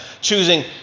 choosing